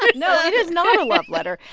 like no, it is not a love letter.